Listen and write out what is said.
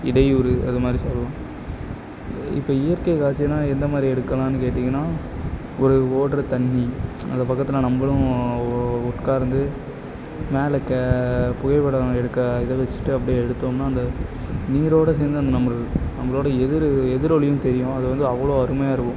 இடையூறு அது மாதிரி சொல்லலாம் இப்போ இயற்கை காட்சின்னா எந்த மாதிரி எடுக்கலான்னு கேட்டிங்கன்னா ஒரு ஒடுற தண்ணி அது பக்கத்தில் நம்மளும் ஒ உட்காருந்து மேலே கெ புகைப்படம் எடுக்கிற இதை வச்சிட்டு அப்படியே எடுத்தோம்னா அந்த நீரோடை சேர்ந்து அந்த நம்மளோட நம்மளோட எதிர் எதிரொலியும் தெரியும் அது வந்து அவ்வளோ அருமையாக இருக்கும்